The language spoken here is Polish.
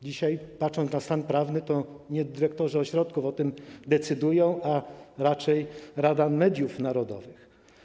Dzisiaj, patrząc na stan prawny, to nie dyrektorzy ośrodków o tym decydują, a raczej Rada Mediów Narodowych.